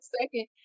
second